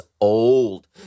old